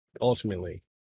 ultimately